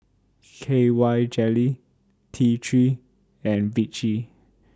K Y Jelly T three and Vichy